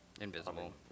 invisible